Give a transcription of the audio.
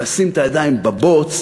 לשים את הידיים בבוץ,